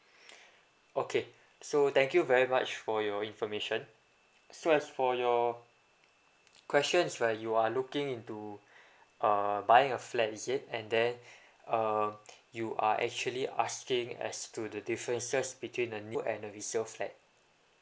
okay so thank you very much for your information so as for your questions right you are looking into uh buying a flat is it and then uh you are actually asking as to the differences between a new and a resale flat